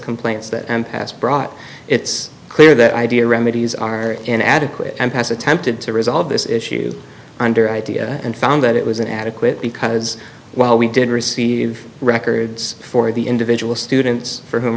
complaints that i'm passed brought it's clear that idea remedies are an adequate and has attempted to resolve this issue under idea and found that it was inadequate because while we did receive records for the individual students for whom